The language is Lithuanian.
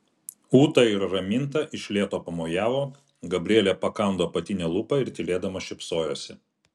ūta ir raminta iš lėto pamojavo gabrielė pakando apatinę lūpą ir tylėdama šypsojosi